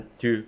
two